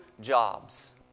jobs